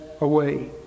away